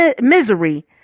misery